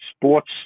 Sports